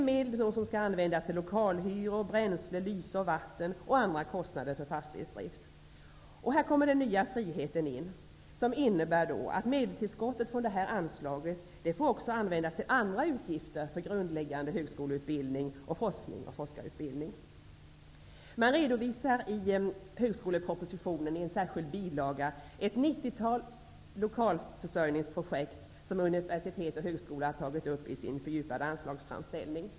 Medlen skall användas till lokalhyror, bränsle, elektricitet, vatten och andra kostnader för fastighetsdrift. Här kommer den nya friheten in som innebär att medelstillskottet från detta anslag också får användas till andra utgifter för grundläggande högskoleutbildning samt forskning och forskarutbildning. I högskolepropositionen redovisas i en särskild bilaga ett 90-tal lokalförsörjningsprojekt som universitet och högskolor har tagit upp i sin fördjupade anslagsframställning.